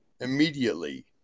immediately